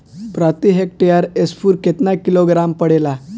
प्रति हेक्टेयर स्फूर केतना किलोग्राम पड़ेला?